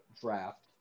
draft